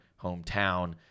hometown